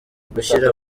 gushyira